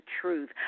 truth